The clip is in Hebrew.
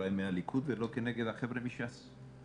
חבריי מהליכוד ולא נגד החבר'ה מש"ס.